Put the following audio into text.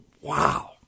Wow